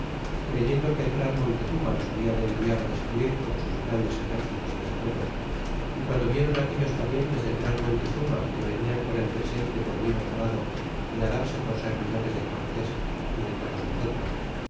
creyendo que el gran montezuma los habla de enviar destruir con sus grandes exércitos de guerreros y piando viéron aquellos parientes del gran montezuma que venian con el presente por mí nombrado y darse por servidores de cortés y de todos nosotros